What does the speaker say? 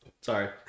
Sorry